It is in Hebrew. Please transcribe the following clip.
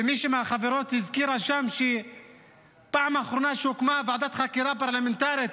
ומישהי מהחברות הזכירה שם שפעם האחרונה שהוקמה ועדת חקירה פרלמנטרית,